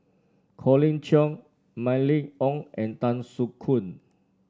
Colin Cheong Mylene Ong and Tan Soo Khoon